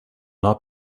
not